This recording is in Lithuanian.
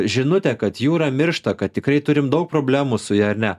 žinutę kad jūra miršta kad tikrai turim daug problemų su ja ar ne